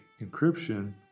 encryption